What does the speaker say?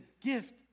gift